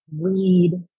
read